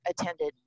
attended